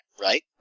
right